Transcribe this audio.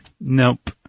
Nope